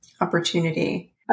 opportunity